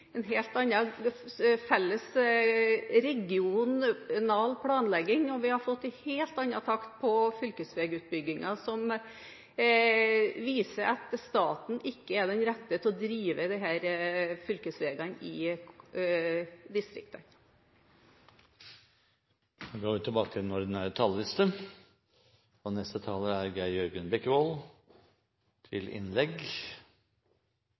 en helt annen felles regional planlegging, og vi har fått en helt annen takt i fylkesveiutbyggingen, som viser at staten ikke er den rette til å drive fylkesveiene i distriktene. Replikkordskiftet er avsluttet. Kristelig Folkeparti legger til grunn at politiske beslutninger skal tas på lavest mulig hensiktsmessig nivå. Dette forutsetter at maktfordelingen og finansiering er